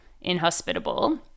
inhospitable